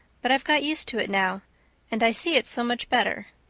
but i've got used to it now and i see it's so much better.